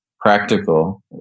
practical